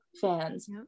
fans